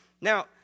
Now